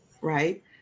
right